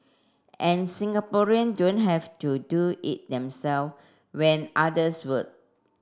and Singaporean don't have to do it themselves when others would